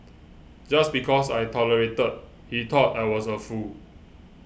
just because I tolerated he thought I was a fool